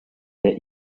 get